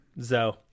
Zoe